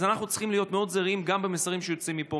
אז אנחנו צריכים להיות זהירים מאוד גם במסרים שיוצאים מפה,